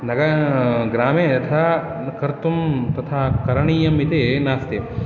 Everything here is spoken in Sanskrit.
नगर ग्रामे यथा कर्तुं तथा करणीयम् इति नास्ति